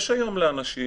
יש היום לאנשים